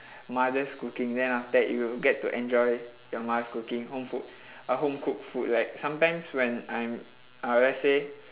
mother's cooking then after that you get to enjoy your mother's cooking home food uh home cooked food like sometimes when I'm uh let's say